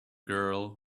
girl